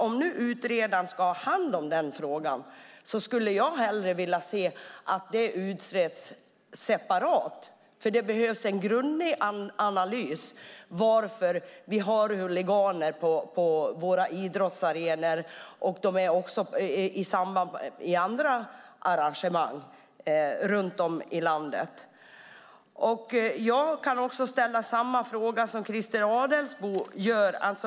Om utredaren nu ska ha hand om den frågan skulle jag hellre vilja se att det utreds separat, för det behövs en grundlig analys av varför vi har huliganer på våra idrottsarenor och i samband med andra arrangemang runt om i landet. Jag kan ställa samma fråga som Christer Adelsbo.